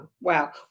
Wow